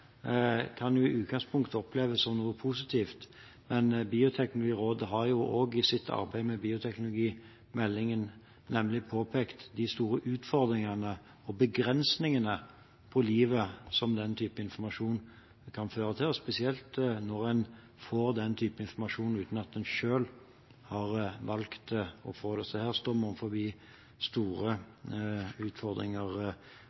kan i utgangspunktet oppleves som noe positivt, men Bioteknologirådet har også i sitt arbeid med bioteknologimeldingen påpekt de store utfordringene og begrensningene på livet som den type informasjon kan føre til, spesielt når en får den type informasjon uten at en selv har valgt å få det. Så her